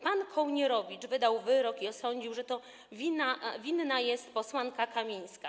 Pan Kołnierowicz wydał wyrok i osądził, że winna jest posłanka Kamińska.